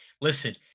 Listen